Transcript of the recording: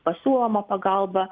pasiūloma pagalba